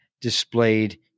displayed